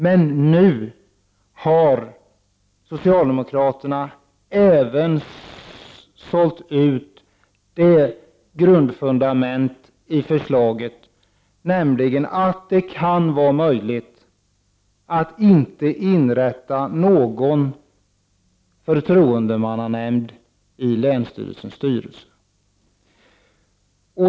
Men nu har socialdemokraterna sålt ut även fundamentet i förslaget genom att säga att det inte är nödvändigt att inrätta någon förtroendemannanämnd i länsstyrelsens styrelse.